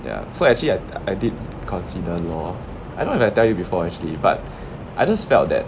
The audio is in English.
ya so actually I I did consider law I know I got tell you before actually but I just felt that